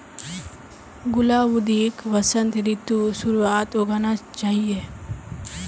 गुलाउदीक वसंत ऋतुर शुरुआत्त उगाना चाहिऐ